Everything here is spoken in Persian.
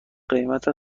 قیمت